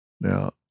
Now